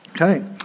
Okay